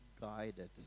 guided